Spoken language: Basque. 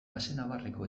baxenabarreko